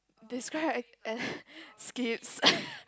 describe eh skips